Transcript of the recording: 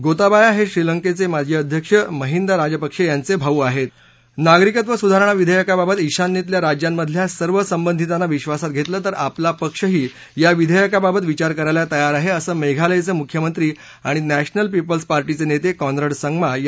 गोताबाया हे श्रीलंकेचे माजी राष्ट्रपती महिंदा राजपक्षे यांचे भाऊ आहेत नागरिकत्व सुधारणा विधेयकाबाबत ईशान्येतल्या राज्यामधल्या सर्व संबधितांना विद्वासात घेतलं तर आपला पक्षही या विधेयकाबाबत विचार करायला तयार आहे असं मेघालयाचे मुख्यमंत्री आणि नॅशनल पीपल्स पार्टीचे नेते कॉनरेड संगमा यांनी म्हटलं आहे